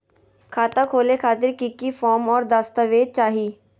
खाता खोले खातिर की की फॉर्म और दस्तावेज चाही?